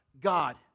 God